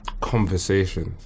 Conversations